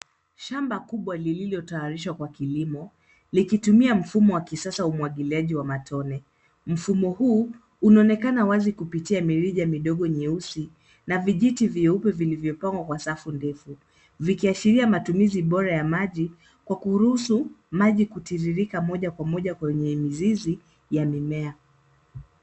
Shamba kubwa lililotayarishwa kwa kilimo, likitumia mfumo wa kisasa wa umwagiliaji wa matone. Mfumo huu unaonekana wazi kupitia mirija midogo nyeusi na vijiti vyeupe vilivyopangwa kwa safu ndefu, vikiashiria matumizi bora ya maji kwa kuruhusu maji kutiririka moja kwa moja kwenye mizizi ya mimea.